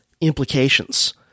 implications